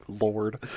Lord